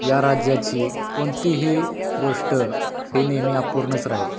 या राज्याची कोणतीही गोष्ट ही नेहमी अपूर्णच राहील